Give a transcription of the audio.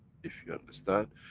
if you understand,